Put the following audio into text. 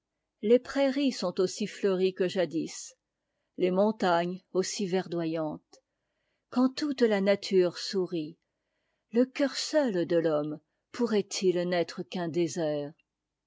les prairies sont aussi fleuries que jadis les montagnes aussi verdoyantes quand toute la nature sourit le cœur seul de l'homme pourrait-il n'être qu'un désert